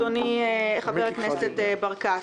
אדוני חבר הכנסת ברקת: